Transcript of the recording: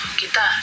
kita